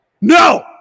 No